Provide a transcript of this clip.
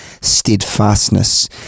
steadfastness